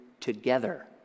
together